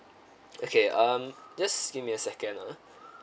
okay um just give me a second ah